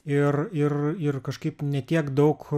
ir ir ir kažkaip ne tiek daug